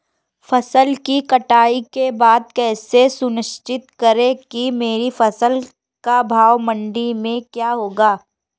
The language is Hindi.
फसल की कटाई के बाद कैसे सुनिश्चित करें कि मेरी फसल का भाव मंडी में क्या होगा?